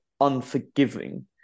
unforgiving